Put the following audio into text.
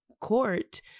court